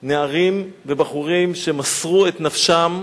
נערים ובחורים שמסרו את נפשם.